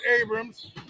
Abrams